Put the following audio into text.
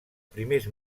primers